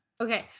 Okay